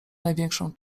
największą